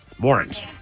Warrant